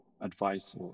advice